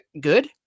good